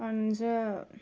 അഞ്ച്